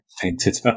painted